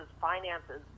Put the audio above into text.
finances